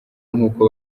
nk’uko